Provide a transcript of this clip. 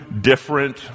different